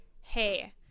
hey